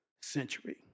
century